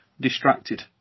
distracted